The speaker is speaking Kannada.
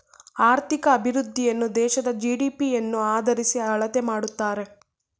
ಆರ್ಥಿಕ ಅಭಿವೃದ್ಧಿಯನ್ನು ದೇಶದ ಜಿ.ಡಿ.ಪಿ ಯನ್ನು ಆದರಿಸಿ ಅಳತೆ ಮಾಡುತ್ತಾರೆ